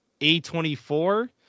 A24